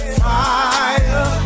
fire